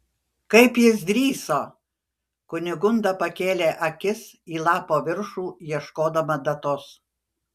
kaip jis drįso kunigunda pakėlė akis į lapo viršų ieškodama datos